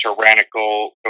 tyrannical